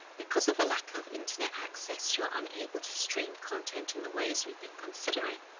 because of a lack of internet access, you're unable to stream content in the ways we've been considering,